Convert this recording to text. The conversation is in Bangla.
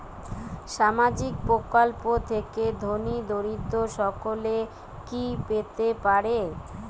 সামাজিক প্রকল্প থেকে ধনী দরিদ্র সকলে কি পেতে পারে?